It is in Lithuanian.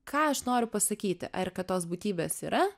ką aš noriu pasakyti ar kad tos būtybės yra